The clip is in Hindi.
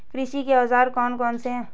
कृषि के औजार कौन कौन से हैं?